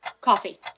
coffee